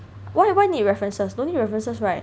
why why need references don't need references right